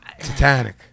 Titanic